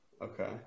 Okay